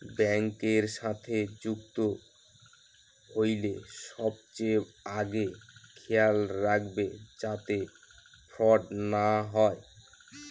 ব্যাঙ্কের সাথে যুক্ত হইলে সবচেয়ে আগে খেয়াল রাখবে যাতে ফ্রড না হয়